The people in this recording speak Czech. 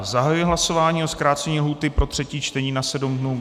Zahajuji hlasování o zkrácení lhůty pro třetí čtení na sedm dnů.